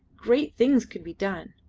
great things could be done!